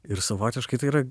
ir savotiškai tai yra